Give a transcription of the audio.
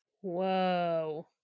Whoa